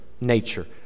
nature